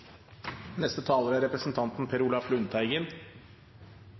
Neste taler er